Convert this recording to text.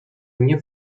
nie